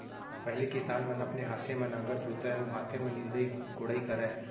पहिली किसान मन अपने हाथे म नांगर जोतय अउ हाथे म निंदई कोड़ई करय